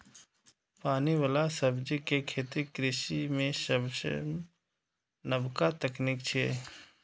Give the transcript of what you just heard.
पानि बला सब्जी के खेती कृषि मे सबसं नबका तकनीक छियै